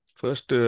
first